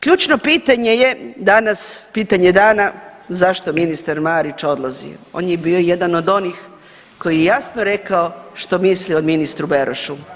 Ključno pitanje je danas, pitanje dana zašto ministar Marić odlazi, on je bio jedan od onih koji je jasno rekao što misli o ministru Berošu.